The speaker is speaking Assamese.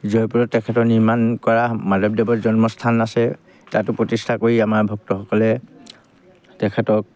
জয়পুৰত তেখেতৰ নিৰ্মাণ কৰা মাধৱদেৱৰ জন্মস্থান আছে তাতো প্ৰতিষ্ঠা কৰি আমাৰ ভক্তসকলে তেখেতক